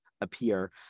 appear